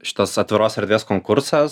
šitas atviros erdvės konkursas